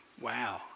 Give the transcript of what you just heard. Wow